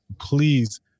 Please